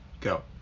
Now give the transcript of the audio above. go